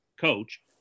coach